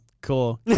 cool